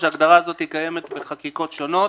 היושב-ראש, הגדרה הזאת קיימת בחקיקות שונות,